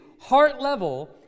heart-level